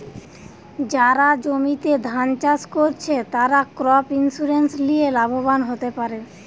যারা জমিতে ধান চাষ কোরছে, তারা ক্রপ ইন্সুরেন্স লিয়ে লাভবান হোতে পারে